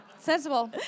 Sensible